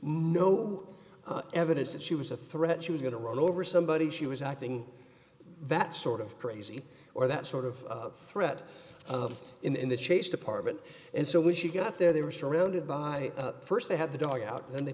no evidence that she was a threat she was going to run over somebody she was acting that sort of crazy or that sort of threat in the chase department and so when she got there they were surrounded by first they had the dogs out and they